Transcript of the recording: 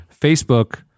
Facebook